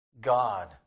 God